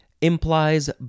implies